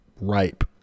ripe